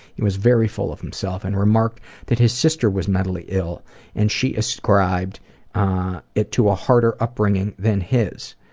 he was very full of himself and remarked that his sister was mentally ill and she ascribed it to a harder upbringing than his.